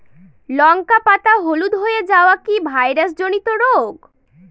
লঙ্কা পাতা হলুদ হয়ে যাওয়া কি ভাইরাস জনিত রোগ?